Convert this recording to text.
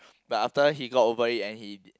but after he got over it and he